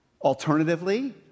Alternatively